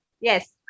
Yes